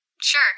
sure